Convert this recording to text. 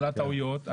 על הטעויות.